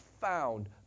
found